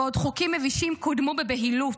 בעוד חוקים מבישים קודמו בבהילות,